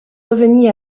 revenus